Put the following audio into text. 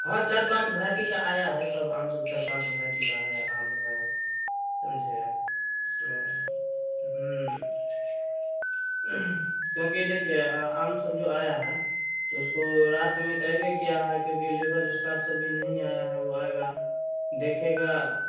हाँ चार पाँच भांति का आया है सब आम जो चार पाँच भाति का आम है समझे क्योंकि देखिए आम सब जो आया है तो उसको रात में तो अइबे किया है क्योंकि लेबर स्टाफ सभी नहीं आया है वो आएगा देखेगा